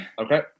Okay